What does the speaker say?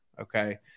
okay